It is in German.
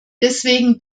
deswegen